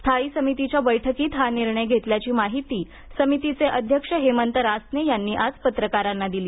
स्थायी समितीच्या बैठकीत हा निर्णय घेतल्याची माहिती समितीचे अध्यक्ष हेमंत रासने यांनी आज पत्रकारांना दिली